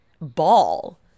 ball